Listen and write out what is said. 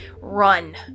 run